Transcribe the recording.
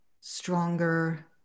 stronger